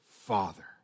Father